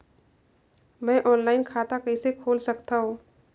मैं ऑनलाइन खाता कइसे खोल सकथव?